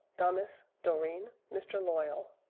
damis, dorine, mr. loyal